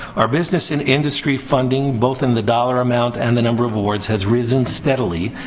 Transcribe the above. our business and industry funding, both in the dollar amount and the number of awards, has risen steadily.